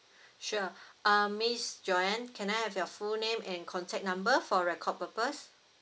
sure uh miss joan can I have your full name and contact number for record purpose